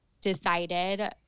decided